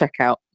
checkout